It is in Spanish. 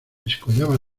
descollaba